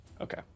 Okay